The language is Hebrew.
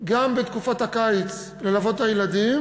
גם בתקופת הקיץ ללוות את הילדים.